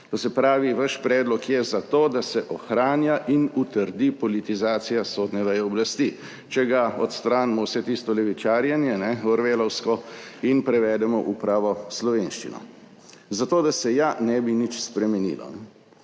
To se pravi, vaš predlog je zato, da se ohranja in utrdi politizacija sodne veje oblasti. Če ga odstranimo, vse tisto orwellovsko levičarjenje, in prevedemo v pravo slovenščino. Zato da se ja ne bi nič spremenilo.